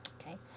Okay